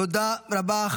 תודה רבה.